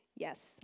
Yes